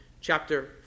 Chapter